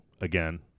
again